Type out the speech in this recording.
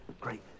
great